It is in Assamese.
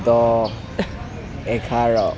দহ এঘাৰ